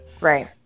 right